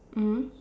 mmhmm